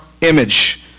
image